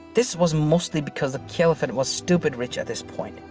this was mostly because the caliphate was stupid rich at this point.